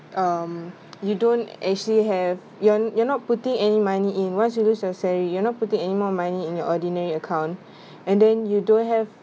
um you don't actually have yo~ you're not putting any money in once you lose your salary you're not putting any more money in your ordinary account and then you don't have